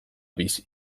bizi